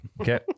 Okay